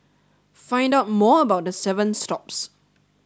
find out more about the seven stops